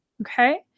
okay